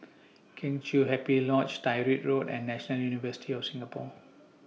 Kheng Chiu Happy Lodge Tyrwhitt Road and National University of Singapore